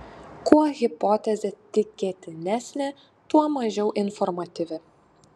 kuo hipotezė tikėtinesnė tuo mažiau informatyvi